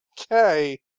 Okay